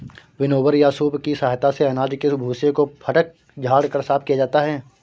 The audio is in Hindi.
विनोवर या सूप की सहायता से अनाज के भूसे को फटक झाड़ कर साफ किया जाता है